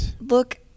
Look